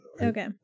Okay